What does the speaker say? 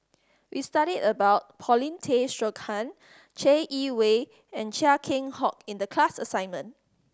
we studied about Paulin Tay Straughan Chai Yee Wei and Chia Keng Hock in the class assignment